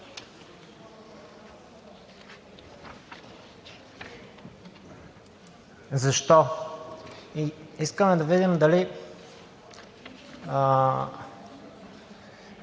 Защо? Искаме да видим дали